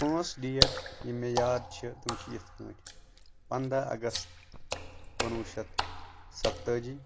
پٲنٛژھ ڈیٹ یِم مے یاد چھِ تِم چھِ یِتھ کٲٹھۍ پَنٛدَہ اَگَست کُنوٕ شٮ۪تھ سَتتٲجی